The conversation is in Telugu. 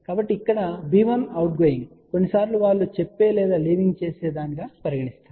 కాబట్టి ఇక్కడ b1 అవుట్గోయింగ్ కొన్నిసార్లు వారు చెప్పే లేదా లీవింగ్ వేవ్ గా పరిగణిస్తారు